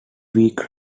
week